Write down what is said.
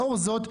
לאור זאת,